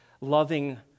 loving